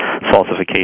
falsification